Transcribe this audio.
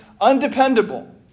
undependable